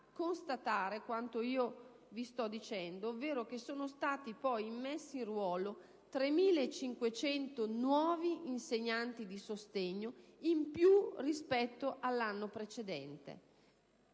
constatare quanto vi sto dicendo, ovvero che sono stati immessi in ruolo 3.500 nuovi insegnanti di sostegno in più rispetto all'anno precedente.